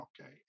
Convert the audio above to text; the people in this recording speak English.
okay